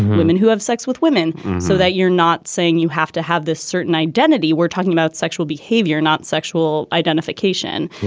women who have sex with women. so that you're not saying you have to have this certain identity. we're talking about sexual behavior, not sexual identification.